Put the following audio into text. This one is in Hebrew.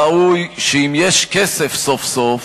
ראוי שאם יש כסף סוף-סוף,